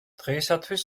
დღეისათვის